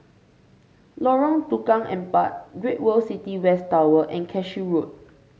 Lorong Tukang Empat Great World City West Tower and Cashew Road